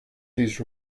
these